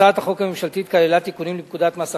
הצעת החוק הממשלתית כללה תיקונים לפקודת מס הכנסה,